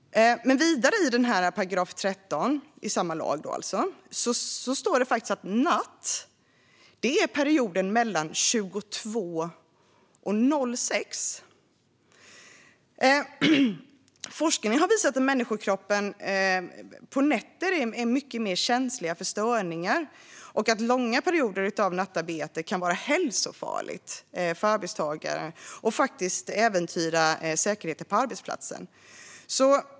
Vidare i 13 § i samma lag står det också att natt är perioden mellan 22.00 och 06.00. Forskningen har visat att människokroppen på natten är mycket mer känslig för störningar och att långa perioder av nattarbete kan vara hälsofarliga för arbetstagaren och faktiskt äventyra säkerheten på arbetsplatsen.